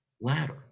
ladder